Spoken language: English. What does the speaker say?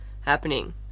happening